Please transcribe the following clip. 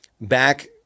back